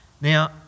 Now